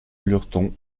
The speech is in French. lurton